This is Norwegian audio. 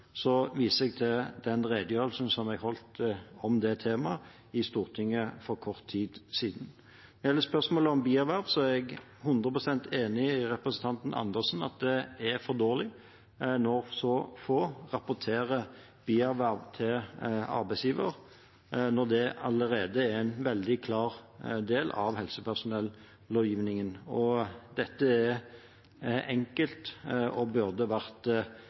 viser jeg til den redegjørelsen som jeg holdt om det temaet i Stortinget for kort tid siden. Når det gjelder spørsmålet om bierverv, er jeg 100 pst. enig med representanten Dag Terje Andersen i at det er for dårlig når så få rapporterer bierverv til arbeidsgiver, når det allerede er en veldig klar del av helsepersonellovgivningen. Dette er enkelt og burde vært